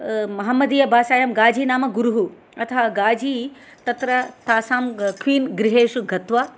महमदीयभाषायां गाझी नाम गुरुः अतः गाझी तत्र तासां क्वीन् गृहेसु गत्वा